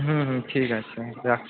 হুম হুম ঠিক আছে রাখছি